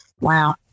Wow